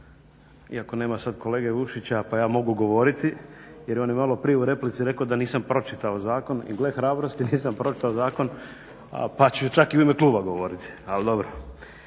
iako nema sada kolege Vukšića pa ja mogu govoriti, jer on je malo prije u replici rekao da nisam pročitao zakon i gle hrabrosti nisam pročitao zakon pa ću čak i u ime kluba govoriti. Ali dobro,